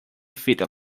feet